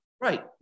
Right